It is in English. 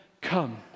come